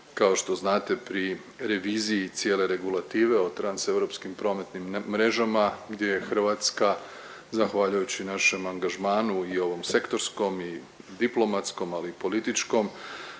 kao što znate pri reviziji cijele regulative o transeuropskim prometnim mrežama gdje je Hrvatska zahvaljujući našem angažmanu i ovom sektorskom i diplomatskom, ali i političkom